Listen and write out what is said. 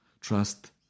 Trust